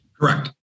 Correct